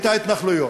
את ההתנחלויות,